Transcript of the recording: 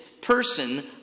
person